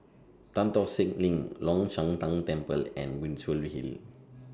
Tan Tock Seng LINK Long Shan Tang Temple and Muswell Hill